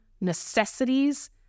necessities